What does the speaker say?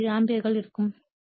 167 ampere இருக்கும்